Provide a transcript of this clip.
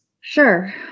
Sure